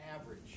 average